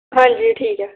ਹਾਂਜੀ ਠੀਕ ਹੈ